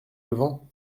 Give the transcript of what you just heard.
levant